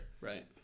Right